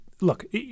Look